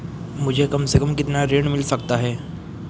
मुझे कम से कम कितना ऋण मिल सकता है?